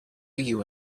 you